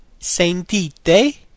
sentite